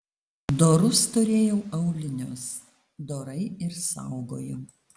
dorus turėjau aulinius dorai ir saugojau